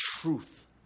truth